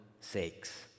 sakes